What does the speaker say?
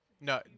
No